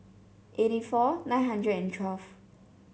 eighty four nine hundred and twelve